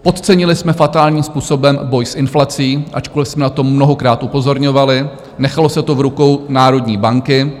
Podcenili jsme fatálním způsobem boj s inflací, ačkoliv jsme na to mnohokrát upozorňovali, nechalo se to v rukou národní banky.